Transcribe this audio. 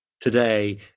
today